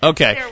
Okay